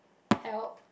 help